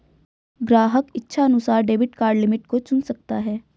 ग्राहक इच्छानुसार debit card limit को चुन सकता है